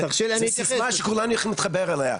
זה סיסמה שכולנו נתחבר אליה,